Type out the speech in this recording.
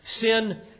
sin